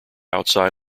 outside